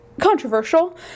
controversial